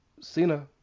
Cena